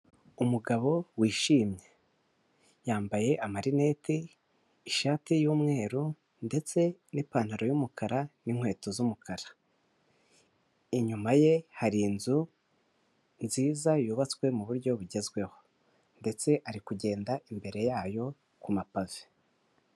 Umugabo wishimye yambaye amarinete ishati y'umweru ndetse n'ipantaro y'umukara n'inkweto z'umukara, inyuma ye hari inzu nziza yubatswe mu buryo bugezweho ndetse ari kugenda imbere yayo ku mapave.